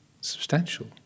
substantial